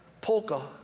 polka